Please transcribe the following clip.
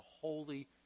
holy